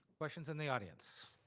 questions in the audience?